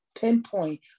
pinpoint